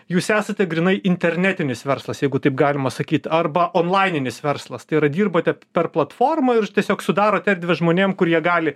jūs esate grynai internetinis verslas jeigu taip galima sakyt arba onlaininis verslas tai yra dirbate per platformą ir tiesiog sudarot erdvę žmonėm kur jie gali